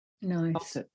Nice